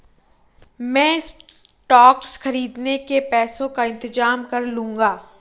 मैं स्टॉक्स खरीदने के पैसों का इंतजाम कर लूंगा